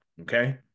okay